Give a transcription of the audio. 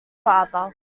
father